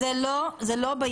זה לא בייצוא.